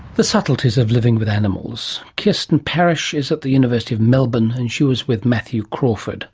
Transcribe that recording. the subtleties of living with animals. kirsten parris is at the university of melbourne and she was with matthew crawford